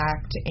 Act